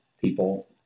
people